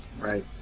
right